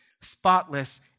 spotless